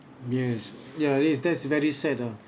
yes ya that is that's very sad ah